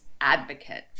advocates